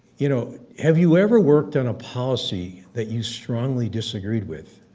you know have you ever worked on a policy that you strongly disagreed with?